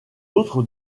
autres